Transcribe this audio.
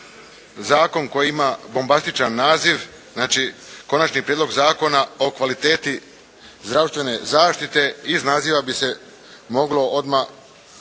zakon koji ima bombastičan naziv znači Konačni prijedlog zakona o kvaliteti zdravstvene zaštite. Iz naziva bi se moglo odmah